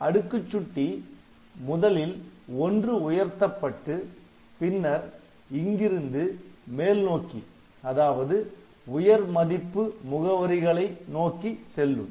எனவே அடுக்குச் சுட்டி முதலில் ஒன்று உயர்த்தப்பட்டு பின்னர் இங்கிருந்து மேல்நோக்கி அதாவது உயர் மதிப்பு முகவரிகளை நோக்கி செல்லும்